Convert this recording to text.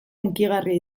hunkigarria